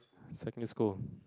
secondary school